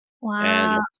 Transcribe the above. Wow